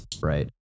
right